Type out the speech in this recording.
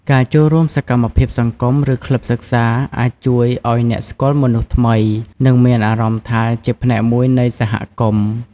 ការចូលរួមសកម្មភាពសង្គម ឬក្លឹបសិក្សាអាចជួយឲ្យអ្នកស្គាល់មនុស្សថ្មី និងមានអារម្មណ៍ថាជាផ្នែកមួយនៃសហគមន៍។